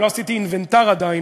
לא עשיתי אינוונטר עדיין,